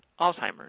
Alzheimer's